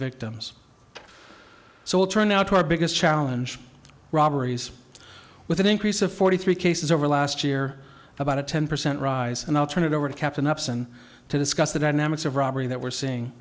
victims so we'll turn now to our biggest challenge robberies with an increase of forty three cases over last year about a ten percent rise and i'll turn it over to captain upson to discuss the dynamics of robbery that we're seeing